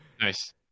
nice